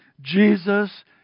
Jesus